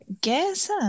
guess